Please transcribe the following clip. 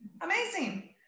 Amazing